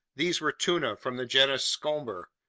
these were tuna from the genus scomber,